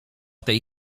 tej